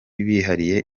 bihariye